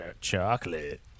Chocolate